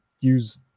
use